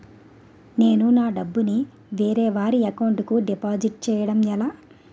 నేను నా డబ్బు ని వేరే వారి అకౌంట్ కు డిపాజిట్చే యడం ఎలా?